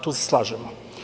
Tu se slažemo.